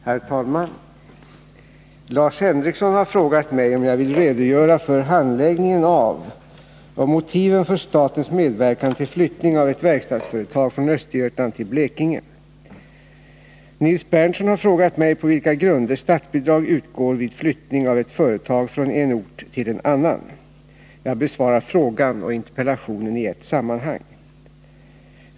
Herr talman! Lars Henrikson har frågat mig om jag vill redogöra för handläggningen av och motiven för statens medverkan till flyttning av ett verkstadsföretag från Östergötland till Blekinge. Nils Berndtson har frågat mig på vilka grunder statsbidrag utgår vid flyttning av ett företag från en ort till en annan. Jag besvarar frågan och interpellationen i ett sammanhang.